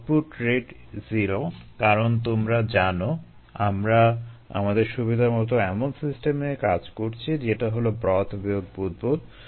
output rate 0 কারণ তোমরা জানো আমরা আমাদের সুবিধামতো এমন সিস্টেম নিয়েই কাজ করছি যেটা হলো ব্রথ বিয়োগ বুদবুদ